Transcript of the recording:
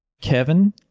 Kevin